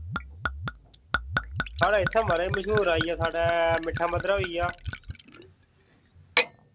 साढ़े इत्थै माराज मशूर आइया साढ़ै मिट्ठा मद्धरा होइया